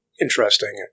interesting